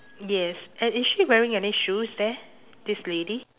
yes and is she wearing any shoes there this lady